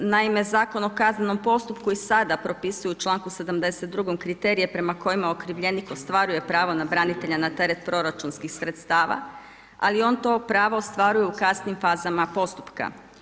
Naime, Zakon o kaznenom postupku i sada propisuje u članku 72. kriterije prema kojima okrivljenik ostvaruje pravo na branitelja na teret proračunskih sredstava ali on to pravo ostvaruje u kasnijim fazama postupka.